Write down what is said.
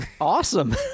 Awesome